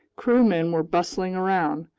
crewmen were bustling around,